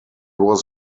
was